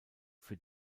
für